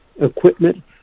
equipment